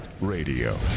Radio